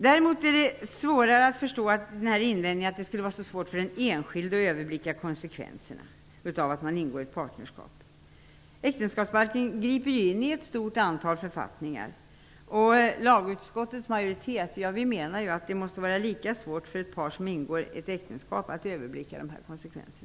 Det är svårare att förstå invändningen att det skulle vara så svårt för den enskilde att överblicka konsekvenserna av att man ingår ett partnerskap. Äktenskapsbalken griper ju in i ett stort antal författningar. Lagutskottets majoritet menar att det måste var lika svårt för ett par som ingår ett äktenskap att överblicka dessa konsekvenser.